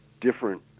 different